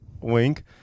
wink